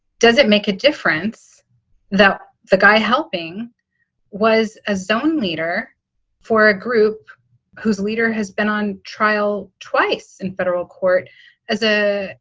does it make a difference that the guy helping was a zone leader for a group whose leader has been on trial twice in federal court as a,